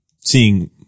seeing